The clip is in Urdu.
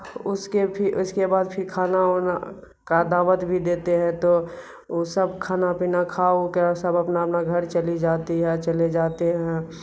اس کے اس کے بعد پھر کھانا وونا کا دعوت بھی دیتے ہیں تو وہ سب کھانا پینا کھا وو کر سب اپنا اپنا گھر چلی جاتی ہے چلے جاتے ہیں